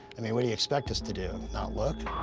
i mean, what do you expect us to do, not look?